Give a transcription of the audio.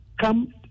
come